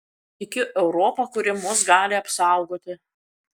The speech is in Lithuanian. tikiu europa kuri mus gali apsaugoti